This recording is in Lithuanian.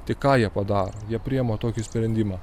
tai ką jie padaro jie priima tokį sprendimą